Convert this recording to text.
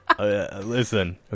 Listen